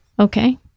okay